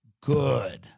Good